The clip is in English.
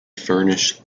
furnish